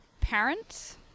parents